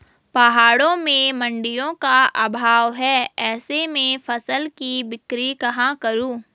पहाड़ों में मडिंयों का अभाव है ऐसे में फसल की बिक्री कहाँ करूँ?